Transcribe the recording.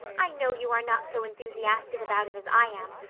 i know you are not so enthusiastic about it as i am,